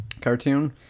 cartoon